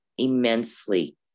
Immensely